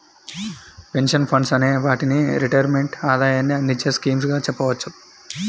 pension funds అనే వాటిని retirement ఆదాయాన్ని అందించే స్కీమ్స్ గా చెప్పవచ్చు